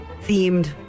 Themed